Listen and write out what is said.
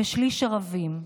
ושליש ערבים.